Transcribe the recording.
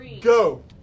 go